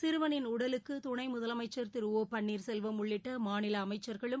சிறுவனின் உடலுக்கு துணை முதலமைச்சர் திரு ஒ பள்ளீர்செல்வம் உள்ளிட்ட மாநில ் அமைச்சர்களும்